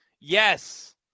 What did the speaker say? Yes